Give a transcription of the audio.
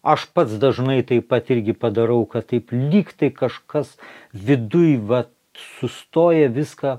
aš pats dažnai taip pat irgi padarau taip lyg tai kažkas viduj va sustoja viską